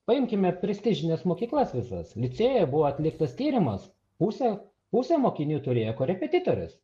paimkime prestižines mokyklas visas licėjuje buvo atliktas tyrimas pusė pusė mokinių turėjo korepetitorius